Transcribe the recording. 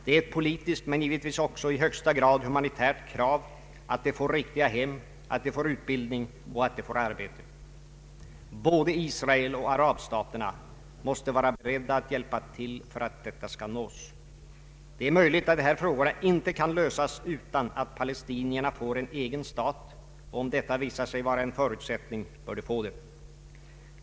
Det är ett politiskt men givetvis också i högsta grad humanitärt krav att de får riktiga hem, att de får utbildning och att de får arbete. Både Israel och arabstaterna måste vara beredda att hjälpa till för att detta mål skall nås. Det är möjligt att de här frågorna inte kan lösas utan att palestinierna får en egen stat, och om detta visar sig vara en förutsättning, bör de få det.